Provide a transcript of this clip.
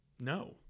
no